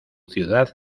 ciudad